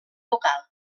local